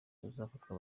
bazafatwa